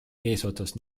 eesotsas